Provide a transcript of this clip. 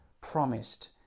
promised